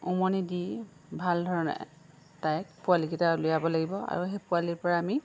উমনি দি ভাল ধৰণে তাইক পোৱালিকেইটা উলিয়াব লাগিব আৰু সেই পোৱালিৰ পৰা আমি